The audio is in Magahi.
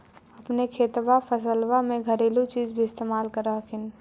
अपने खेतबा फसल्बा मे घरेलू चीज भी इस्तेमल कर हखिन?